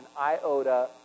iota